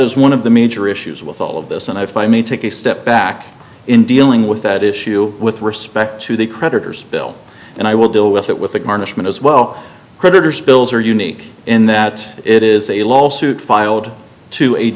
is one of the major issues with all of this and if i may take a step back in dealing with that issue with respect to the creditors bill and i will deal with it with the garnishment as well creditors bills are unique in that it is a lawsuit filed to